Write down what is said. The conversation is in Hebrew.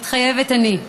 מתחייבת אני.